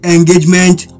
Engagement